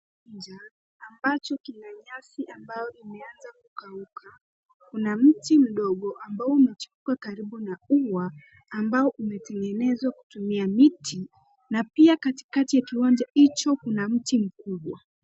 Kiwanja ambacho kina nyasi ambayo imeanza kukauka. Kuna mti mdogo ambao umechipika karibu na ua ambao umetengenezwa kutumia miti na pia katikati ya kiwanja hicho kuna mti mkubwa.